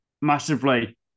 massively